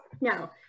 Now